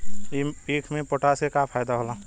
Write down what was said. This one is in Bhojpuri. ईख मे पोटास के का फायदा होला?